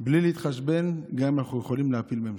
בלי להתחשבן, גם אם אנחנו יכולים להפיל ממשלה,